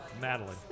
madeline